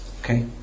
Okay